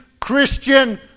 Christian